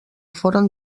foren